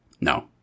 No